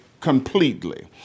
completely